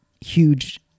huge